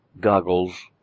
goggles